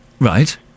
Right